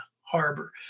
harbor